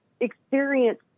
experience